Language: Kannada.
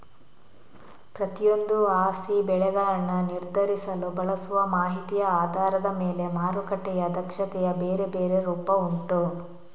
ಪ್ರತಿಯೊಂದೂ ಆಸ್ತಿ ಬೆಲೆಗಳನ್ನ ನಿರ್ಧರಿಸಲು ಬಳಸುವ ಮಾಹಿತಿಯ ಆಧಾರದ ಮೇಲೆ ಮಾರುಕಟ್ಟೆಯ ದಕ್ಷತೆಯ ಬೇರೆ ಬೇರೆ ರೂಪ ಉಂಟು